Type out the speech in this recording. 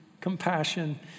compassion